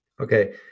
Okay